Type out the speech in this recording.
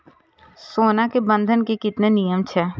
सोना के बंधन के कि नियम छै?